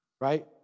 right